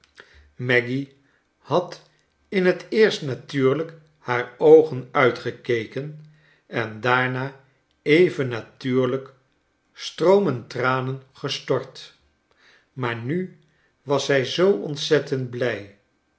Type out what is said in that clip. maggy had in het eerst natuurlijk haar oogen uitgekeken en daarna even natuurlijk stroomen tranen gestort maar nu was zij zoo ontzettend blij